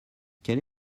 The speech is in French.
quelle